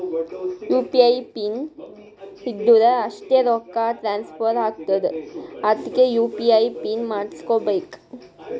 you P I PIN ಇದ್ದುರ್ ಅಷ್ಟೇ ರೊಕ್ಕಾ ಟ್ರಾನ್ಸ್ಫರ್ ಆತ್ತುದ್ ಅದ್ಕೇ ಯು.ಪಿ.ಐ ಪಿನ್ ಮಾಡುಸ್ಕೊಬೇಕ್